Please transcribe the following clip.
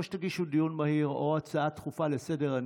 או שתגישו דיון מהיר או הצעה דחופה לסדר-היום.